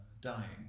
dying